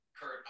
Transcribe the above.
kurt